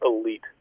elite